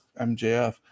MJF